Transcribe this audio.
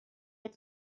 ein